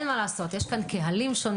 אין מה לעשות יש פה קהלים שונים,